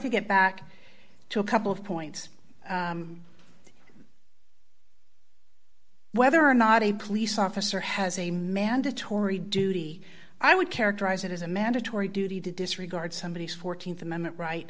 to get back to a couple of points whether or not a police officer has a mandatory duty i would characterize it as a mandatory duty to disregard somebody's th amendment right